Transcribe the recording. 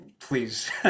please